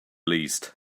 least